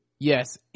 Yes